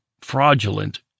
fraudulent